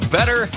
Better